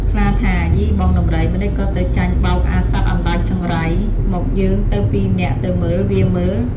ខ្លាថា៖ "យីបងដំរី ម្ដេចក៏ទៅចាញ់បោកអាសត្វអណ្ដើកចង្រៃ? មកយើងទៅពីរនាក់ទៅមើលវាមើល៍"។